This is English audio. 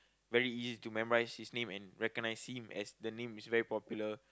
very easy to memorise his name and recognise him as the name is very popular